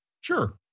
sure